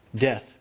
death